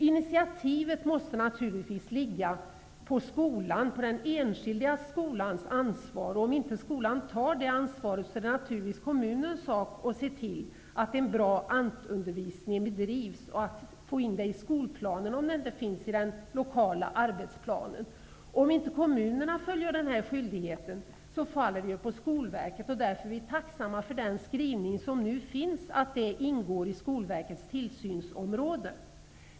Initiativet måste naturligtvis komma från skolan och vara den enskilda skolans ansvar. Om inte skolan tar detta ansvar är det naturligtvis kommunen som måste se till att en bra ANT undervisning bedrivs. Om sådan inte finns med i den lokala arbetsplanen, måste den tas in i skolplanen. Om inte kommunerna fullgör denna skyldighet faller det på skolverket. Vi är därför tacksamma för den skrivning som nu finns, nämligen att detta ingår i Skolverkets tillsynsområde.